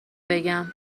بگم